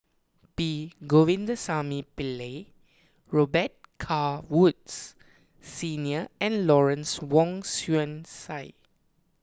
P Govindasamy Pillai Robet Carr Woods Senior and Lawrence Wong Shyun Tsai